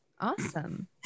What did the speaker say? Awesome